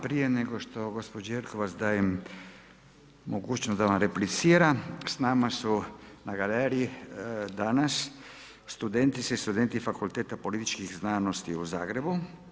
Prije nego što gospođi Jelkovac dajem mogućnost da vam replicira, s nama su na galeriji danas studentice i studenti fakulteta Političkih znanosti u Zagrebu.